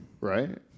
right